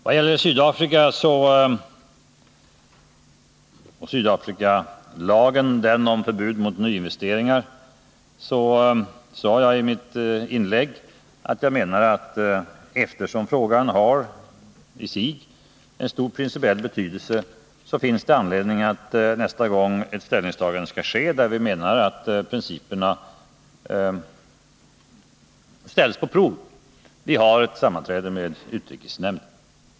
Vad gäller Sydafrika och lagen om förbud mot nyinvesteringar sade jag att eftersom beslut i vissa fall har en stor principiell betydelse finns det anledning att nästa gång ett ställningstagande skall ske där principerna ställs på prov ha ett sammanträde med utrikesnämnden.